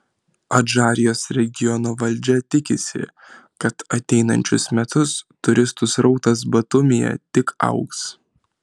adžarijos regiono valdžia tikisi kad ateinančius metus turistų srautas batumyje tik augs